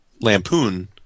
Lampoon